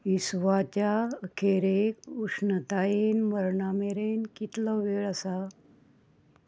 इस्वाच्या अखेरेक उश्णतायेन मरणा मेरेन कितलो वेळ आसा